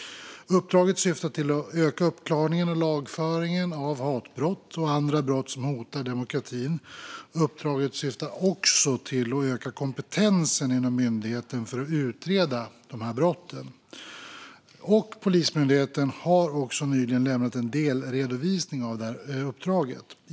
Uppdraget syftar till att öka uppklaringen och lagföringen av hatbrott och andra brott som hotar demokratin. Uppdraget syftar också till att öka kompetensen inom myndigheten för att utreda dessa brott. Polismyndigheten har nyligen lämnat en delredovisning av uppdraget.